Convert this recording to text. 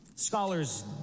Scholars